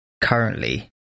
currently